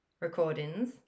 recordings